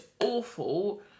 awful